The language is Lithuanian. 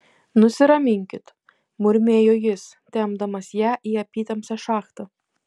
nusiraminkit murmėjo jis tempdamas ją į apytamsę šachtą